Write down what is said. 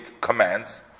commands